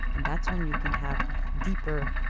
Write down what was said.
and that's when you can have deeper,